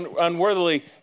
unworthily